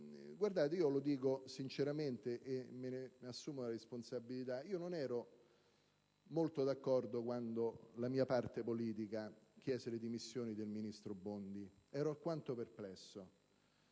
Guardate, lo dico sinceramente e me ne assumo la responsabilità: non ero molto d'accordo quando la mia parte politica chiese le dimissioni del ministro Bondi. Ero alquanto perplesso,